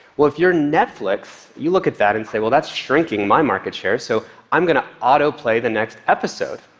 well, if you're netflix, you look at that and say, well, that's shrinking my market share, so i'm going to autoplay the next episode.